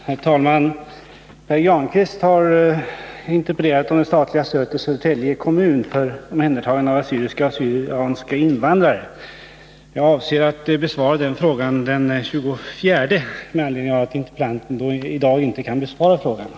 Herr talman! Pär Granstedt har interpellerat om det statliga stödet till Södertälje kommun för omhändertagande av assyriska och syrianska invandrare. Då interpellanten inte kan ta emot svaret i dag har jag för avsikt att besvara interpellationen den 7 november.